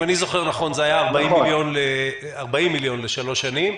אם אני זוכר נכון זה היה 40 מיליון שקל לשלוש שנים,